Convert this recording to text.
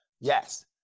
Yes